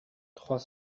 trois